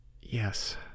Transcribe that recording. yes